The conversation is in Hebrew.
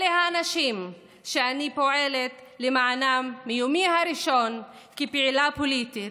אלה האנשים שאני פועלת למענם מיומי הראשון כפעילה פוליטית,